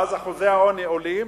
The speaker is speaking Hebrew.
ואז אחוזי העוני עולים,